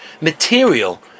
material